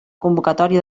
convocatòria